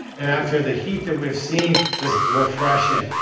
and after the heat that we've seen this is refreshing.